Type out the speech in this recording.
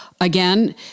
again